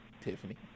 tiffany